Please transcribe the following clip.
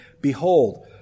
Behold